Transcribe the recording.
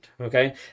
okay